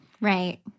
Right